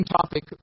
topic